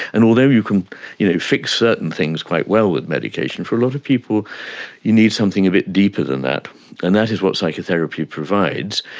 and although you can you know fix certain things quite well with medication, for a lot of people you need something a bit deeper than that and that is what psychotherapy provides.